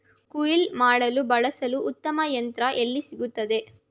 ಕುಯ್ಲು ಮಾಡಲು ಬಳಸಲು ಉತ್ತಮ ಯಂತ್ರ ಎಲ್ಲಿ ಸಿಗುತ್ತದೆ?